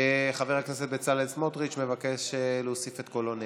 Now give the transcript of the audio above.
חבר הכנסת בצלאל סמוטריץ' מבקש להוסיף את קולו נגד.